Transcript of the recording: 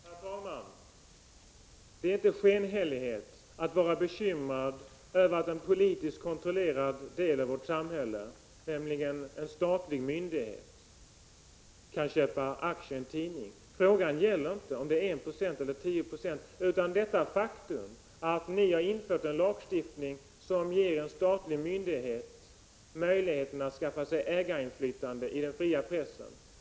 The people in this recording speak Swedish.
Herr talman! Det är inte skenhelighet att vara bekymrad över att en politiskt kontrollerad del av vårt samhälle, nämligen en statlig myndighet, kan köpa aktier i en tidning. Frågan gäller inte om det är 1 eller 10 96, utan detta faktum att ni har infört en lagstiftning som ger en statlig myndighet möjlighet att skaffa sig ägarinflytande i den fria pressen.